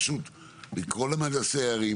פשוט לקרוא למהנדסי הערים